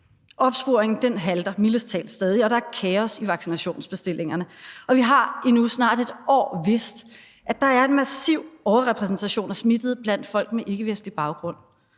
Opsporingen halter mildest talt stadig, og der er kaos i vaccinationsbestillingerne. Og vi har i nu snart et år vidst, at der er en massiv overrepræsentation af smittede blandt folk med ikkevestlig baggrund.